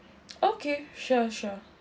okay sure sure